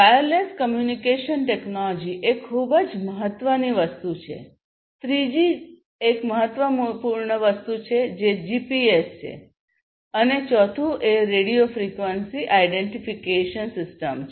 wireless communication technology એ ખૂબ મહત્વની વસ્તુ છે ત્રીજી એક જીપીએસ છે અને ચોથું એ રેડિયો ફ્રીક્વન્સી આઇડેન્ટિફિકેશન સિસ્ટમ છે